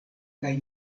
kaj